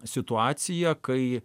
situaciją kai